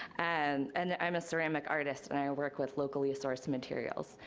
and and i'm a ceramic artist and i work with locally-sourced materials.